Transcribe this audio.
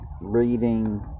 reading